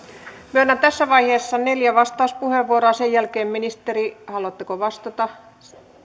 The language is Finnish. myönnän tässä vaiheessa neljä vastauspuheenvuoroa sen jälkeen ministeri haluatteko vastata